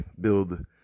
build